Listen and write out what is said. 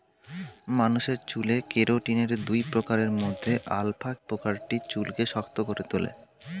মানুষের চুলে কেরাটিনের দুই প্রকারের মধ্যে আলফা প্রকারটি চুলকে শক্ত করে তোলে